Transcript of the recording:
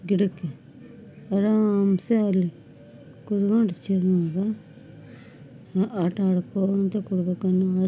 ಗಿಡಕ್ಕೆ ಆರಾಮ್ಸೆ ಅಲ್ಲಿ ಕೂತ್ಕೊಂಡು ಚೆಂದ ಆಟಾಡ್ಕೋತ ಕೂರಬೇಕನ್ನೊ ಆಸೆ